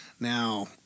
Now